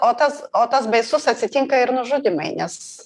o tas o tas baisus atsitinka ir nužudymai nes